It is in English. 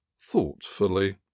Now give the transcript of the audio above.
thoughtfully